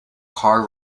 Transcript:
car